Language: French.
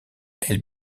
elle